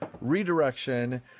Redirection